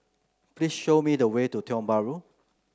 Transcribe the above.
please show me the way to Tiong Bahru